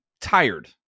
tired